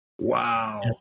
Wow